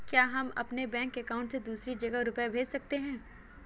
क्या हम अपने बैंक अकाउंट से दूसरी जगह रुपये भेज सकते हैं?